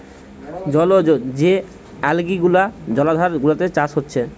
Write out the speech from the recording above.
জলজ যে অ্যালগি গুলা জলাধার গুলাতে চাষ হচ্ছে